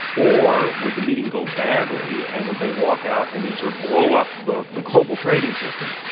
or would the meeting go badly and would they walk out and, you know, sort of blow up the the global trading system?